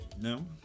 No